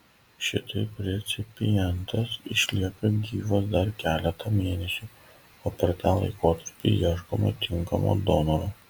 šitaip recipientas išlieka gyvas dar keletą mėnesių o per tą laikotarpį ieškoma tinkamo donoro